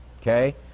okay